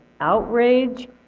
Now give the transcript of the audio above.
outrage